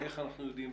איך אנחנו יודעים?